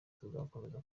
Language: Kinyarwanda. tuzakomeza